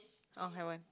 oh haven't